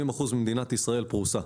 70 אחוזים ממדינת ישראל פרוסה.